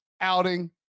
outing